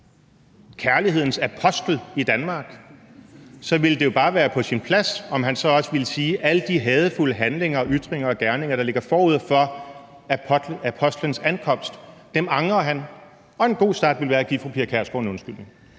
kærlighedens apostel i Danmark, ville det jo bare være på sin plads, om han så også ville sige, at alle de hadefulde handlinger og ytringer og gerninger, der ligger forud for apostlens ankomst, angrer han. Og en god start ville være at give fru Pia Kjærsgaard en undskyldning.